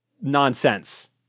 nonsense